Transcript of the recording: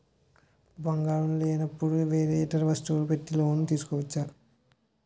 బంగారం లేనపుడు వేరే ఇతర వస్తువులు పెట్టి లోన్ తీసుకోవచ్చా?